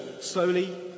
slowly